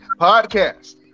Podcast